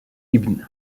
ibn